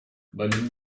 venim